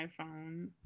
iphone